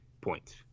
points